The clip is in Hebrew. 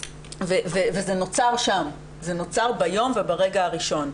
וזה נוצר שם, זה נוצר ביום וברגע הראשון.